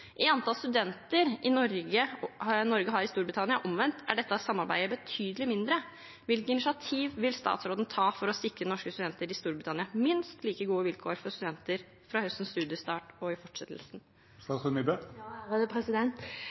antall studenter Norge har i Storbritannia og omvendt, er dette samarbeidet betydelig mindre. Hvilke initiativ vil statsråden ta for å sikre norske studenter i Storbritannia minst like gode vilkår fra høstens studiestart og i fortsettelsen?